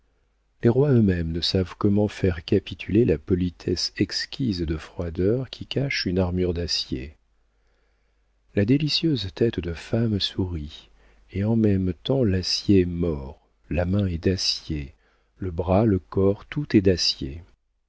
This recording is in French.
les rois eux-mêmes ne savent comment faire capituler la politesse exquise de froideur qui cache une armure d'acier la délicieuse tête de femme sourit et en même temps l'acier mord la main est d'acier le bras le corps tout est d'acier